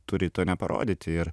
turi to neparodyti ir